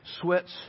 sweats